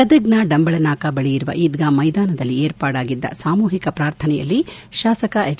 ಗದಗ್ನ ಡಂಬಳನಾಕಾ ಬಳಿ ಇರುವ ಈದ್ಗಾ ಮೈದಾನದಲ್ಲಿ ಏರ್ಪಾಡಾಗಿದ್ದ ಸಾಮೂಹಿಕ ಪ್ರಾರ್ಥನೆಯಲ್ಲಿ ಶಾಸಕ ಎಚ್